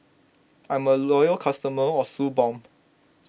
I'm a loyal customer of Suu Balm